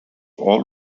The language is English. all